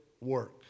work